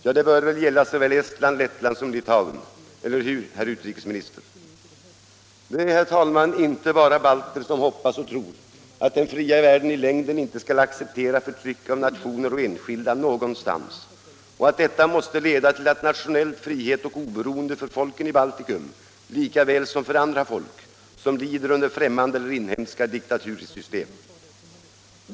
Ja, det bör väl gälla såväl Estland som Lettland och Litauen — eller hur, herr utrikesminister? Nu är det, herr talman, inte bara balter som hoppas och tror att den fria världen i längden inte skall acceptera förtryck av nationer och enskilda någonstans, och att detta måste leda till nationell frihet och oberoende för folken i Baltikum lika väl som för andra folk, som lider under främmande eller inhemska diktatursystem.